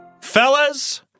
Fellas